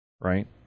right